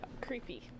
creepy